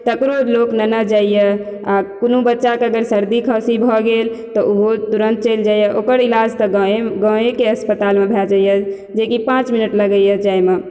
तकरो लोक नेने जाइए आर कोनो बच्चा के जऽ सर्दी खाँसी भऽ गेल तऽ ओहो तुरन्त चैल जाइए ओकर इलाज तऽ गाउँ कऽ गाउँ अऽ के अस्पताल मे भऽ जाइए जेकि पाँच मिनट लगेए जाय मे